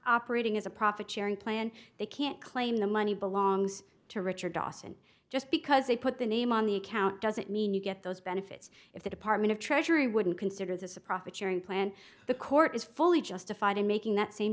operating as a profit sharing plan they can't claim the money belongs to richard dawson just because they put the name on the account doesn't mean you get those benefits if the department of treasury wouldn't consider this a profit sharing plan the court is fully justified in making that same